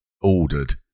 ordered